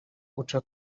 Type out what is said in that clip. uca